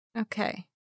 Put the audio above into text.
Okay